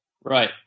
Right